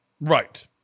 Right